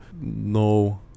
no